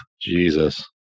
Jesus